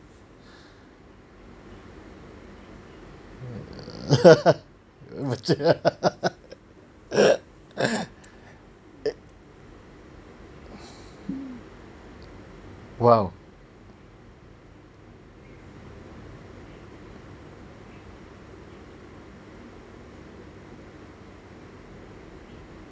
!wow!